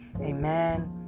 Amen